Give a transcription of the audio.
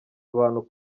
abantu